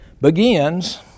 begins